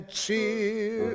cheer